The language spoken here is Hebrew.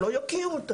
שלא יוקיעו אותם.